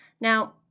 Now